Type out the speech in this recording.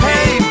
Hey